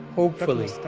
hopefully,